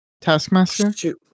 taskmaster